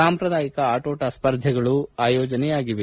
ಸಾಂಪ್ರದಾಯಿಕ ಆಟೋಟ ಸ್ಪರ್ಧೆಗಳು ಆಯೋಜನೆಯಾಗಿವೆ